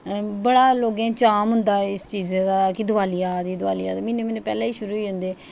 बड़ा लोकें ई चाम होंदा इस चीजा दा की दवाली आ दी दवाली आ दी म्हीना म्हीना पैह्लै ई शुरू होई जंदे